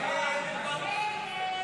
50 בעד, 59 נגד.